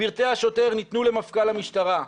פרטי השוטר ניתנו למפכ"ל המשטרה,